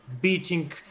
beating